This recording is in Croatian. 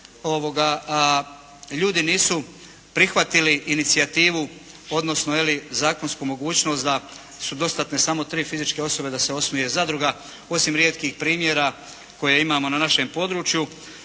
ljudi nisu prihvatili inicijativu, odnosno je li zakonsku mogućnost za, su dostatne samo tri fizičke osobe da se osnuje zadruga, osim rijetkih primjera koje imamo na našem području,